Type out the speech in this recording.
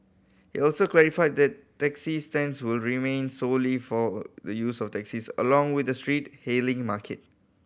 he also clarified that taxi stands will remain solely for the use of taxis along with the street hailing market